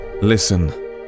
Listen